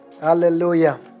Hallelujah